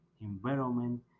environment